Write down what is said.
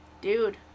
dude